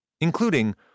including